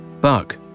Buck